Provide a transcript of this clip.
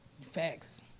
Facts